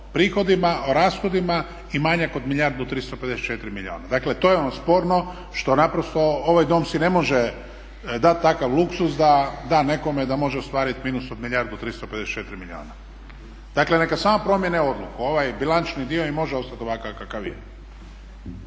prihodima, o rashodima i manjak od 1 milijardu 354 milijuna. Dakle to je ono sporno što naprosto ovaj dom si ne može dat takav luksuz da da nekome da može ostvariti minus od 1 milijardu 354 milijuna. Dakle, neka samo promjene odluku. Ovaj bilančni dio im može ostati ovakav kakav je.